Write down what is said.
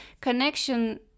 connection